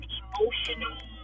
emotional